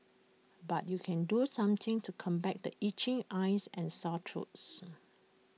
but you can do some things to combat the itching eyes and sore throats